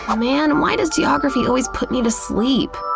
um man, why does geography always put me to sleep?